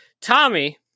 Tommy